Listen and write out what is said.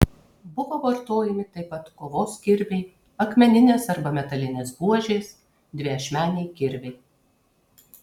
buvo vartojami taip pat kovos kirviai akmeninės arba metalinės buožės dviašmeniai kirviai